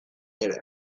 ere